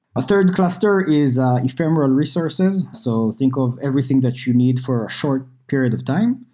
a third cluster is ephemeral resources. so think of everything that you need for a short period of time.